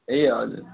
ए हजुर